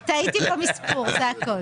אנחנו מצביעים על סעיף המטרה בשעה